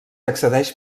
accedeix